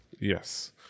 Yes